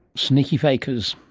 sneaky fakers.